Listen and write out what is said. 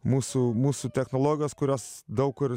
mūsų mūsų technologijos kurios daug kur